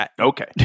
Okay